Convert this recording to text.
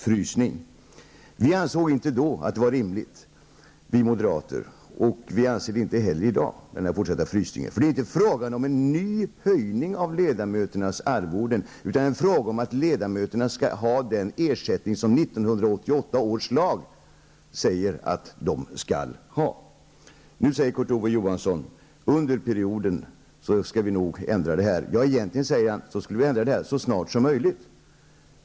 Vi moderater ansåg inte då att den var rimlig, och vi anser det inte heller i dag. Det är inte fråga om en ny höjning av ledamöternas arvoden, utan det är fråga om att ledamöterna skall ha den ersättning som 1988 års lag säger att de skall ha! Kurt Ove Johansson säger att vi nog under perioden skall ändra det här, ja, han sade att vi skall ändra det så snart som möjligt.